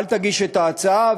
אל תגיש את ההצעה,